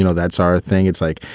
you know that's our thing. it's like,